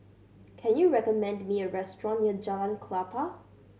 can you recommend me a restaurant near Jalan Klapa